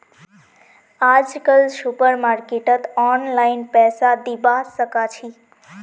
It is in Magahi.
आजकल सुपरमार्केटत ऑनलाइन पैसा दिबा साकाछि